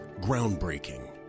Groundbreaking